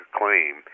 claim